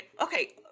okay